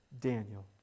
Daniel